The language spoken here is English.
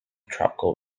tropical